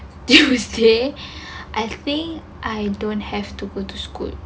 you know I was there I think I don't have to go to school